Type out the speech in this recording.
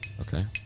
Okay